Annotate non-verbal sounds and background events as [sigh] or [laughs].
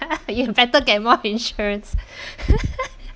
[laughs] you better get more insurance [laughs]